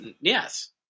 yes